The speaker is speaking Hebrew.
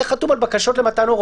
כאלה שהיו בפועל ולא כיהנו כמו שצריך,